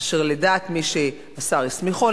אשר לדעת מי שהשר הסמיכו,